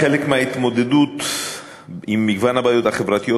כחלק מההתמודדות עם מגוון הבעיות החברתיות,